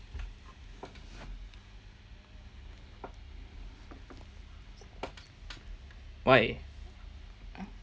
why